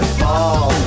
fall